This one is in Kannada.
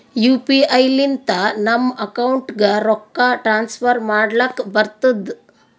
ಯು ಪಿ ಐ ಲಿಂತ ನಮ್ ಅಕೌಂಟ್ಗ ರೊಕ್ಕಾ ಟ್ರಾನ್ಸ್ಫರ್ ಮಾಡ್ಲಕ್ ಬರ್ತುದ್